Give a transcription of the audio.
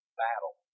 battle